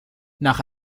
nach